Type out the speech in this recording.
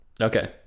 Okay